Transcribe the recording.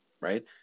right